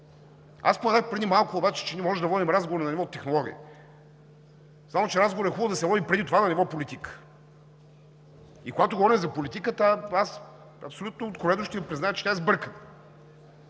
Аз споменах преди малко, че ние можем да водим разговор на ниво технология. Само че разговорът е хубаво да се води преди това на ниво политика. И когато говоря за политиката, аз абсолютно откровено ще Ви призная, че тя е сбъркана.